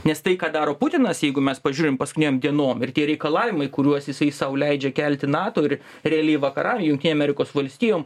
nes tai ką daro putinas jeigu mes pažiūrim paskutinėm dienom ir tie reikalavimai kuriuos jisai sau leidžia kelti nato ir realiai vakaram jungtinėm amerikos valstijom